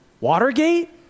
Watergate